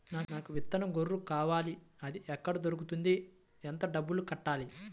నాకు విత్తనం గొర్రు కావాలి? అది ఎక్కడ దొరుకుతుంది? ఎంత డబ్బులు కట్టాలి?